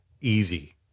easy